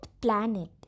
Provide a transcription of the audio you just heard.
planet